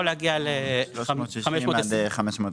360 ₪ עד 520